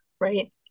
right